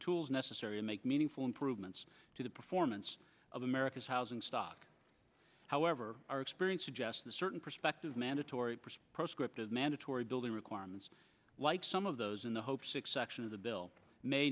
tools necessary to make meaningful improvements to the performance of america's housing stock however our experience suggests that certain perspectives mandatory prescriptive mandatory building requirements like some of those in the hope six section of the bill may